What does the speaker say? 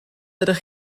ydych